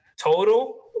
total